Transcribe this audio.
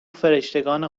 فرشتگان